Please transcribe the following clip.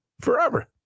forever